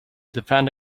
defend